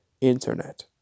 internet